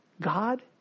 God